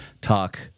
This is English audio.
talk